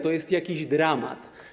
To jest jakiś dramat.